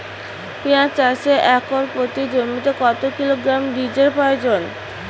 পেঁয়াজ চাষে একর প্রতি জমিতে কত কিলোগ্রাম বীজের প্রয়োজন?